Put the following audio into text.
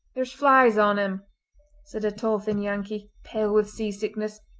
there's flies on him said a tall thin yankee, pale with sea-sickness,